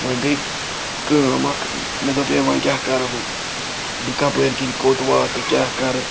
وۄنۍ گٔے کٲم اَکھ مےٚ دوٚپ ہے وۄنۍ کیٛاہ کَرٕ بہٕ بہٕ کَپٲرۍ کِنۍ کوٚت واتہٕ کیٛاہ کَرٕ